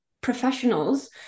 professionals